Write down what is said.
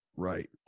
Right